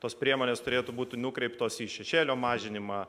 tos priemonės turėtų būti nukreiptos į šešėlio mažinimą